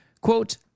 quote